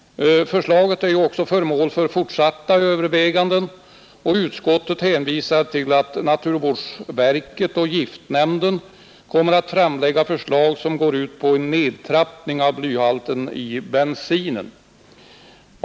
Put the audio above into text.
Förslaget är också föremål för fortsatta överväganden, och utskottet hänvisar till att naturvårdsverket och giftnämnden kommer att framlägga förslag som går ut på en nedtrappning av blyhalten i bensinen.